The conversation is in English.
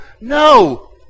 No